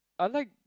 I like